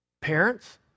Parents